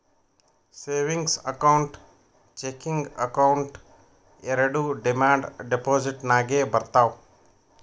savings account, checking account ಎರೆಡು demand deposit ನಾಗೆ ಬರ್ತಾವ್